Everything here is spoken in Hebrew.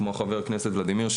כמו חבר הכנסת ולדימיר,